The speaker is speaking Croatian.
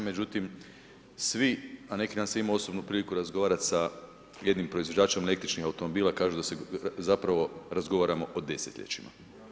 Međutim, svi, a neki dan sam imao osobnu priliku razgovarati sa jednim proizvođačem električnih automobila kažu da se razgovaramo o desetljećima.